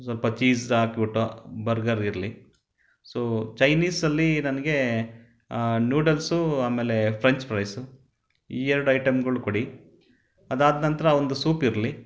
ಸ್ವಲ್ಪ ಚೀಸ್ ಹಾಕಿಬಿಟ್ಟು ಬರ್ಗರ್ ಇರಲಿ ಸೊ ಚೈನೀಸ್ ಅಲ್ಲಿ ನನಗೆ ನೂಡಲ್ಸು ಆಮೇಲೆ ಫ್ರೆಂಚ್ ಫ್ರೈಸು ಈ ಎರಡು ಐಟಂಗಳ್ ಕೊಡಿ ಅದಾದ ನಂತರ ಒಂದು ಸೂಪ್ ಇರಲಿ